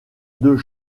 deux